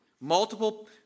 Multiple